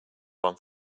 one